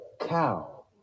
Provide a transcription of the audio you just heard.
cow